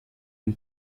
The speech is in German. dem